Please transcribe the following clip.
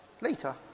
later